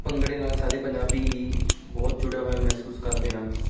ਭੰਗੜੇ ਨਾਲ ਸਾਰੇ ਪੰਜਾਬੀ ਬਹੁਤ ਜੁੜਿਆ ਹੋਇਆ ਮਹਿਸੂਸ ਕਰਦੇ ਹਨ